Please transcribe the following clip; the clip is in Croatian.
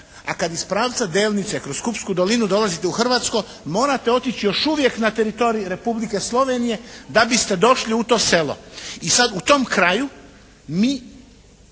A kad iz pravca Delnice kroz Kupsku dolinu dolazite u Hrvatsko morate otići još uvijek na teritorij Republike Slovenije da biste došli u to selo. I sad u tom kraju mi,